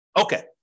Okay